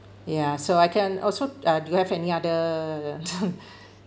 ya so I can also uh do you have any other